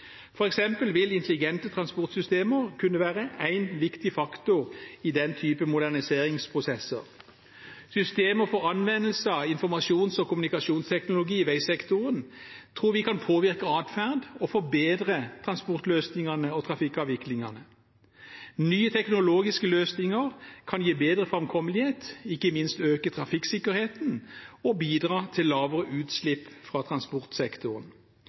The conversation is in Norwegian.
eksempel vil intelligente transportsystemer kunne være en viktig faktor i den type moderniseringsprosesser. Systemer for anvendelse av informasjons- og kommunikasjonsteknologi i veisektoren tror vi kan påvirke atferd og forbedre transportløsningene og trafikkavviklingen. Nye teknologiske løsninger kan gi bedre framkommelighet og ikke minst øke trafikksikkerheten og bidra til lavere utslipp fra transportsektoren.